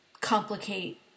complicate